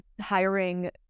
hiring